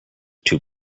two